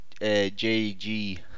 JG